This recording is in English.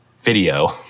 video